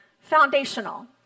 foundational